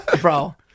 Bro